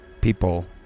people